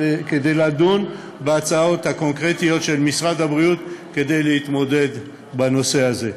אלא כדי לדון בהצעות הקונקרטיות של משרד הבריאות כדי להתמודד בנושא הזה.